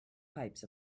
pipes